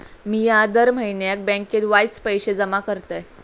मिया दर म्हयन्याक बँकेत वायच पैशे जमा करतय